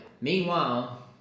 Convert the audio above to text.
Meanwhile